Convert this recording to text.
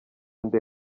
nde